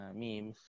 memes